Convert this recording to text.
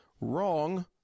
wrong